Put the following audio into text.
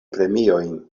premiojn